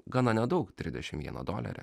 gana nedaug trisdešimt vieną dolerį